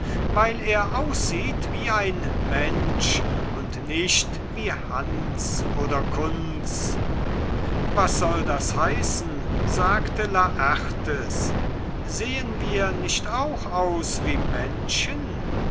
weil er aussieht wie ein mensch und nicht wie hans oder kunz was soll das heißen sagte laertes sehen wir nicht auch aus wie menschen